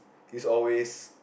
is always